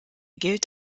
gilt